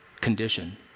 condition